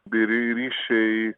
bei ry ryšiai